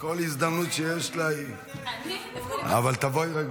בכל הזדמנות שיש לה היא, אבל תבואי רגועה.